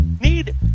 need